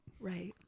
Right